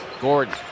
Gordon